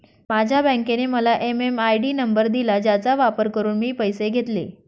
माझ्या बँकेने मला एम.एम.आय.डी नंबर दिला ज्याचा वापर करून मी पैसे घेतले